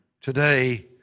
today